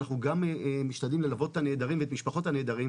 אנחנו גם משתדלים ללוות את הנעדרים ואת משפחותיהם.